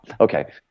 Okay